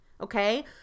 okay